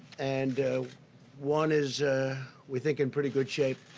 and one is we think in pretty good shape,